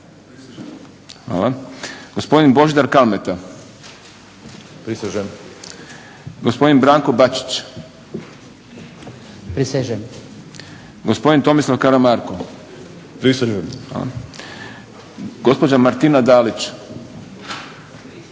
gospodin Božidar Kalmeta-prisežem, gospodin Branko Bačić-prisežem, gospodin Tomislav Karamarko-prisežem, gospođa Martina Dalić-prisežem,